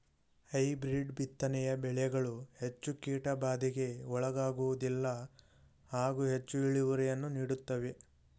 hybrid ಬಿತ್ತನೆಯ ಬೆಳೆಗಳು ಹೆಚ್ಚು ಕೀಟಬಾಧೆಗೆ ಒಳಗಾಗುವುದಿಲ್ಲ ಹಾಗೂ ಹೆಚ್ಚು ಇಳುವರಿಯನ್ನು ನೀಡುತ್ತವೆ